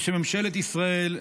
בשם ממשלת ישראל,